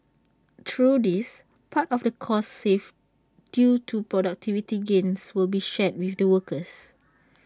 through this part of the costs saved due to productivity gains will be shared with their workers